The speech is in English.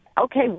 Okay